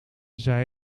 zij